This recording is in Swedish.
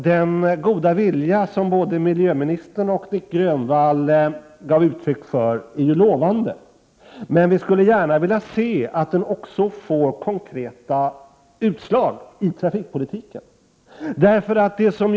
Den goda vilja som både miljöministern och Nic Grönvall gav uttryck för är lovande, men vi skulle gärna vilja se att den också får konkreta utslag i trafikpolitiken.